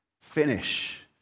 finish